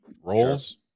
roles